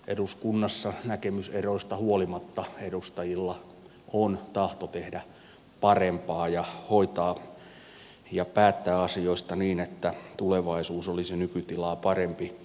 eduskunnassa näkemyseroista huolimatta edustajilla on tahto tehdä parempaa ja hoitaa ja päättää asioista niin että tulevaisuus olisi nykytilaa parempi